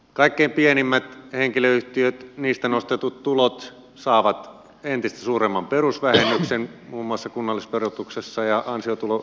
kaikkein pienimmistä henkilöyhtiöistä nostetut tulot saavat entistä suuremman perusvähennyksen muun muassa kunnallisverotuksessa ja ansiotulovähennyksen